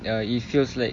ya it feels like